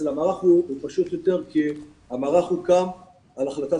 עם המערך זה יותר פשוט כי המערך הוקם בעקבות החלטת